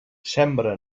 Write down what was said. sembra